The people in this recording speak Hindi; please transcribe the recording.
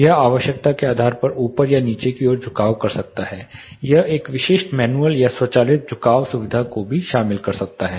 यह आवश्यकता के आधार पर ऊपर या नीचे की ओर झुकाव कर सकता है यह एक विशिष्ट मैनुअल या स्वचालित झुकाव सुविधा को भी शामिल कर सकता है